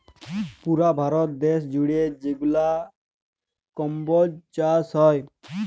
পুরা ভারত দ্যাশ জুইড়ে যেগলা কম্বজ চাষ হ্যয়